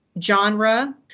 genre